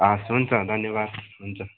हवस् हुन्छ धन्यवाद हुन्छ